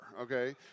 Okay